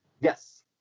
Yes